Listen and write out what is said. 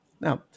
Now